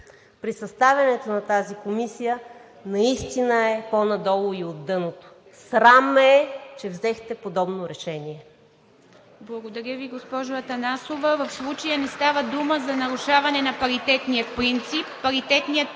при съставянето на тази комисия наистина е по-надолу и от дъното. Срам ме е, че взехте подобно решение!